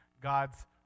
God's